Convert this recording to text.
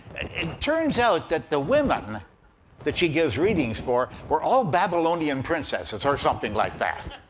it turns out that the women that she gives readings for were all babylonian princesses, or something like that.